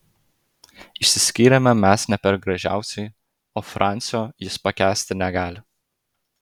išsiskyrėme mes ne per gražiausiai o francio jis pakęsti negali